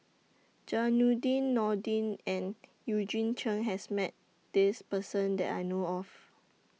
Zainudin Nordin and Eugene Chen has Met This Person that I know of